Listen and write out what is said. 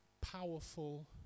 powerful